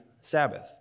Sabbath